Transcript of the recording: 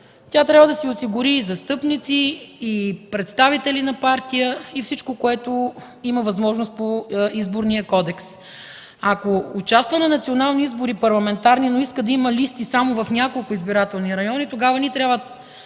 тя трябва да си осигури застъпници, представители на партия и всичко, което има възможност по Изборния кодекс. Ако участва на национални парламентарни избори, но иска да има листи само в няколко избирателни района, тогава не ни трябват 12 хиляди